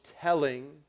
telling